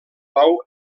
bou